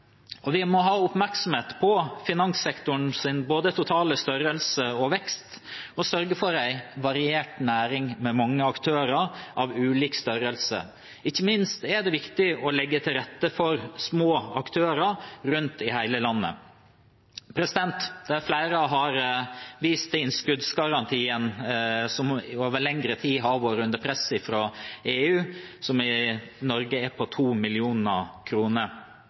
Og vi må både ha oppmerksomhet på finanssektorens totale størrelse og vekst og sørge for en variert næring med mange aktører av ulik størrelse. Ikke minst er det viktig å legge til rette for små aktører rundt i hele landet. Flere har vist til at innskuddsgarantien, som i Norge er på 2 mill. kr, i lengre tid har vært under press fra EU.